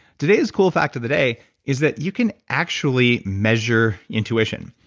today's cool fact of the day is that you can actually measure intuition.